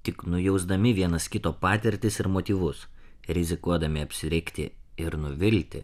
tik nujausdami vienas kito patirtis ir motyvus rizikuodami apsirikti ir nuvilti